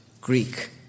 Greek